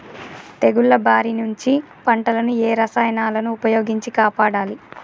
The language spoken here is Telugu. తెగుళ్ల బారి నుంచి పంటలను ఏ రసాయనాలను ఉపయోగించి కాపాడాలి?